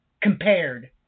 compared